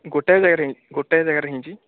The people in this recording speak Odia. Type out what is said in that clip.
ଗୋଟାଏ ଜାଗାରେ ଗୋଟାଏ ଜାଗାରେ ହେଇଛି